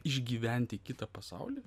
išgyventi kitą pasaulį